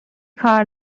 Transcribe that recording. کار